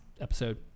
episode